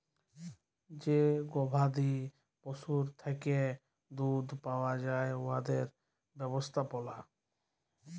যে গবাদি পশুর থ্যাকে দুহুদ পাউয়া যায় উয়াদের ব্যবস্থাপলা